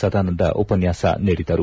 ಸದಾನಂದ ಉಪನ್ಯಾಸ ನೀಡಿದರು